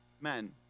men